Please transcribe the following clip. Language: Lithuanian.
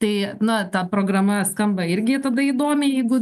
tai na ta programa skamba irgi tada įdomiai jeigu